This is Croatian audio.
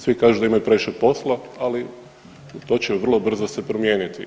Svi kažu da imaju previše posla, ali to će vrlo brzo se promijeniti.